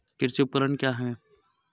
कृषि उपकरण क्या है?